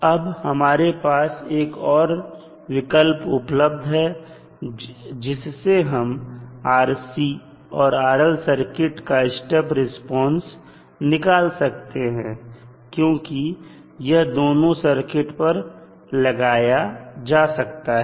अब हमारे पास एक और विकल्प उपलब्ध है जिससे हम RC और RL सर्किट का स्टेप रिस्पांस निकाल सकते हैं क्योंकि यह दोनों सर्किट पर लगाया जा सकता है